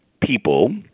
people